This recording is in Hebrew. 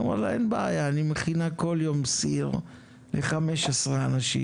אמרה לה אין בעיה אני מכינה כל יום סיר ל-15 אנשים,